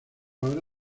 ahora